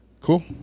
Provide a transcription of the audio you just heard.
Cool